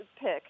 pick